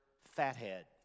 fathead